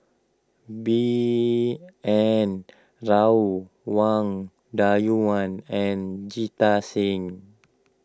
B N Rao Wang Dayuan and Jita Singh